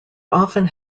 often